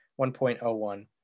1.01